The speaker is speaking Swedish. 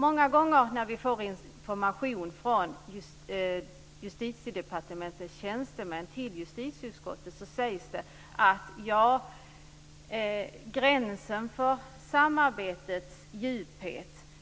Många gånger när vi får information från Justitiedepartementets tjänstemän till justitieutskottet sägs det att gränsen för samarbetets djup